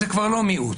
זה כבר לא מיעוט.